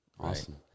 Awesome